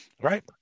Right